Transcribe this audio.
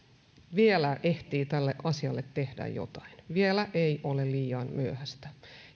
vielä ehtii tälle asialle tehdä jotain vielä ei ole liian myöhäistä